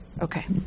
Okay